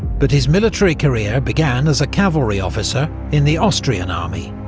but his military career began as a cavalry officer in the austrian army,